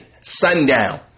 sundown